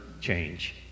change